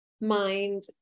mind